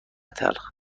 تلخ